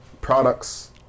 products